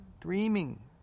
dreaming